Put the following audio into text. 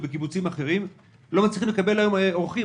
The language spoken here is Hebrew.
בקיבוצים אחרים לא מצליחים לקבל היום אורחים,